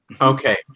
Okay